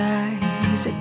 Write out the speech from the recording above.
eyes